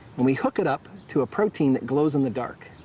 and we hook it up to a protein that glows in the dark.